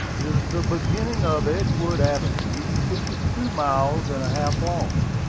is the beginning of edgewood avenue, which is two miles and a half long.